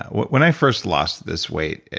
when i first lost this weight,